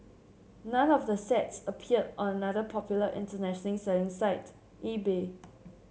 none of the sets appeared on another popular international selling site eBay